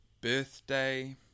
birthday